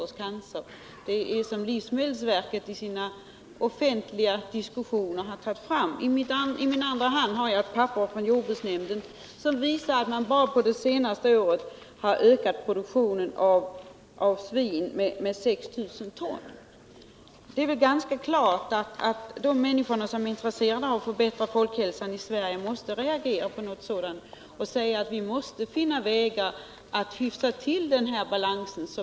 Dessa uppgifter är hämtade ur ett material som livsmedelsverket tagit fram för användning i offentliga diskussioner. I min andra hand har jag ett papper från jordbruksnämnden, där det påvisas att produktionen av svinkött bara under det senaste året har ökat med 6 000 ton. Det är väl ganska klart att de människor som är intresserade av att förbättra folkhälsan i Sverige måste reagera mot en sådan utveckling och framhålla att vi måste finna vägar att motverka den.